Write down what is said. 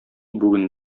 бүген